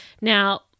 Now